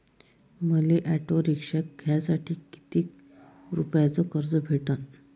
मले auto rickshaw घ्यासाठी कितीक रुपयाच कर्ज भेटनं?